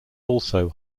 also